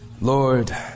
Lord